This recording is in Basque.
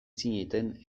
zineten